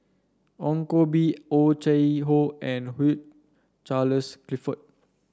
Ong Koh Bee Oh Chai Hoo and Hugh Charles Clifford